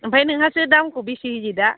ओमफ्राय नोंहासो दामखौ बेसे होयो दा